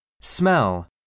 Smell